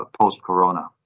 post-corona